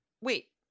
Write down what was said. wait